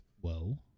whoa